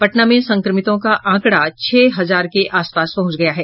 पटना में संक्रमितों का आंकड़ा छह हजार के आस पास पहुंच गया है